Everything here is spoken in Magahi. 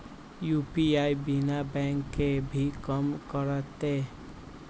यू.पी.आई बिना बैंक के भी कम करतै?